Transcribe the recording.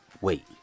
wait